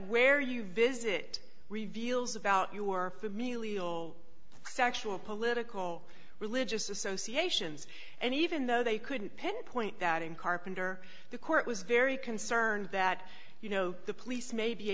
where you visit reveals about you are familial sexual political religious associations and even though they couldn't pinpoint that in carpenter the court was very concerned that you know the police may be